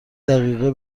دقیقه